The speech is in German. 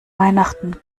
weihnachten